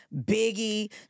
Biggie